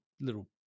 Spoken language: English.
little